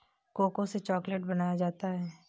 cocoa से chocolate बनाया जाता है